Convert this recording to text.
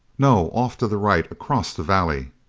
no! off to the right, across the valley.